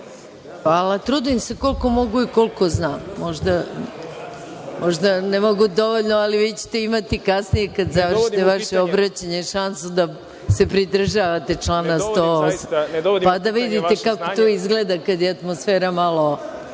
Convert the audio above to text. Hvala. Trudim se koliko mogu i koliko znam, možda ne mogu dovoljno, ali vi ćete imati kasnije kada završite vaše obraćanje šansu da se pridržavate člana 108, pa da vidite kako to izgleda kada je atmosfera malo